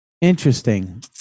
Interesting